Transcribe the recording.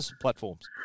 platforms